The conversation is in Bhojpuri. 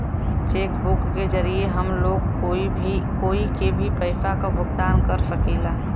चेक बुक के जरिये हम लोग कोई के भी पइसा क भुगतान कर सकीला